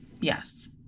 Yes